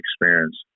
experience